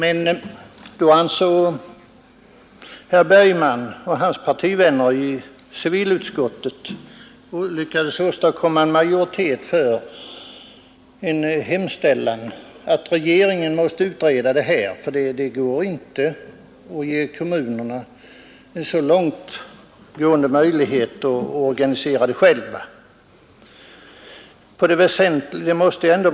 Då lyckades herr Bergman och hans partivänner i civilutskottet åstadkomma en majoritet för en hemställan att regeringen måtte utreda frågan; det går ju inte att ge kommunerna en så långtgående möjlighet att organisera den verksamheten själva.